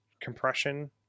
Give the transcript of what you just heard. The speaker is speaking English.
compression